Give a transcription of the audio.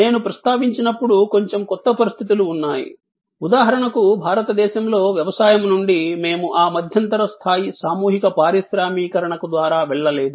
నేను ప్రస్తావించినప్పుడు కొంచెం కొత్త పరిస్థితులు ఉన్నాయి ఉదాహరణకు భారతదేశంలో వ్యవసాయం నుండి మేము ఆ మధ్యంతర స్థాయి సామూహిక పారిశ్రామికీకరణ ద్వారా వెళ్ళలేదు